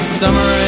summer